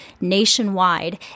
nationwide